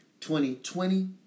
2020